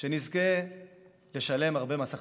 שנזכה לשלם הרבה מס הכנסה,